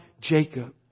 Jacob